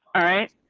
all right,